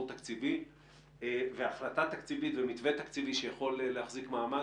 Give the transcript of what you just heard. תקציבי והחלטה תקציבית ומתווה תקציבי שיכול להחזיק מעמד